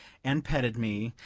and petted me,